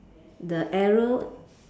the arrow